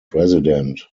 resident